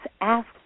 Ask